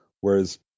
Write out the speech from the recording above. Whereas